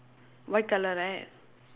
white colour right